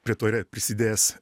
prie to yra prisidėjęs